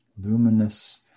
luminous